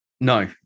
No